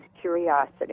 curiosity